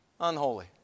unholy